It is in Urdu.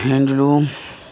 ہینڈلوم